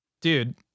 Dude